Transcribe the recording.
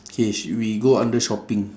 K should we go under shopping